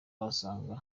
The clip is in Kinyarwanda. wasanga